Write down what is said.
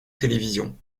télévision